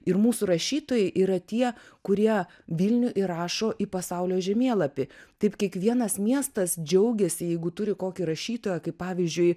ir mūsų rašytojai yra tie kurie vilnių įrašo į pasaulio žemėlapį taip kiekvienas miestas džiaugiasi jeigu turi kokį rašytoją kaip pavyzdžiui